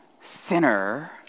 sinner